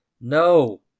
No